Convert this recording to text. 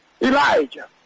Elijah